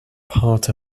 part